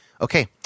Okay